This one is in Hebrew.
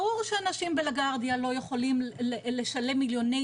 ברור שאנשים בלה גרדיה לא יכולים לשלם מיליוני